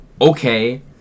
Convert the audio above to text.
okay